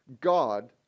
God